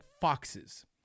foxes